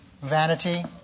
vanity